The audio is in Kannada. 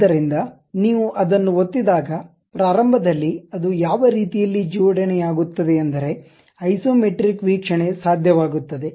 ಆದ್ದರಿಂದ ನೀವು ಅದನ್ನು ಒತ್ತಿದಾಗ ಪ್ರಾರಂಭದಲ್ಲಿ ಅದು ಯಾವ ರೀತಿಯಲ್ಲಿ ಜೋಡಣೆಯಾಗುತ್ತದೆ ಎಂದರೆ ಐಸೊಮೆಟ್ರಿಕ್ ವೀಕ್ಷಣೆ ಸಾಧ್ಯವಾಗುತ್ತದೆ